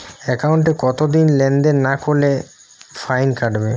একাউন্টে কতদিন লেনদেন না করলে ফাইন কাটবে?